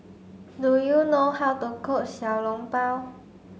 do you know how to cook Xiao Long Bao